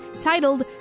titled